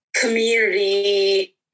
community